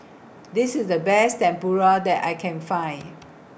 This IS The Best Tempura that I Can Find